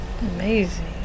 amazing